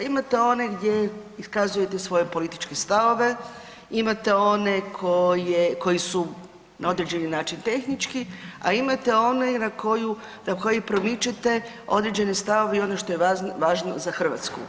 Imate one gdje iskazujete svoje političke stavove, imate one koje, koji su na određeni način tehnički, a imate one na koje promičete određene stavove i ono što je važno za Hrvatsku.